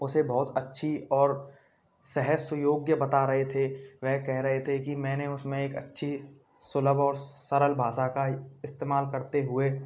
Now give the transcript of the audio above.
उसे बहुत अच्छी और सहज सुयोग्य बता रहे थे वह कहे रहे थे कि मैंने उसमें एक अच्छी सुलभ और सरल भाषा का इस्तेमाल करते हुए